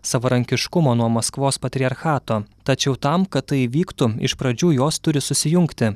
savarankiškumo nuo maskvos patriarchato tačiau tam kad tai įvyktų iš pradžių jos turi susijungti